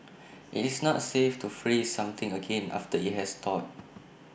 IT is not safe to freeze something again after IT has thawed